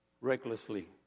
recklessly